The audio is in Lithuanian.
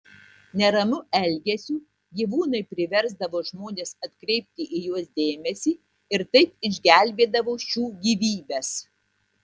neramiu elgesiu gyvūnai priversdavo žmones atkreipti į juos dėmesį ir taip išgelbėdavo šių gyvybes